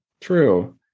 true